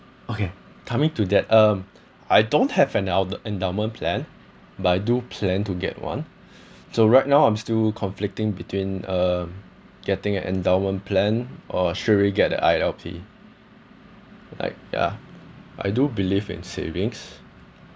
okay coming to that um I don't have endow~ endowment plan but I do plan to get one so right now I'm still conflicting between um getting an endowment plan or should we get the I_L_P like ya I do believe in savings